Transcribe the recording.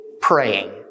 praying